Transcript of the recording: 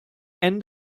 end